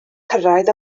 cyrraedd